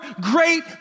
great